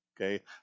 okay